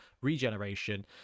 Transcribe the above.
regeneration